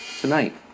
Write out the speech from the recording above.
tonight